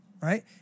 right